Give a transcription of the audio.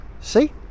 See